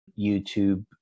YouTube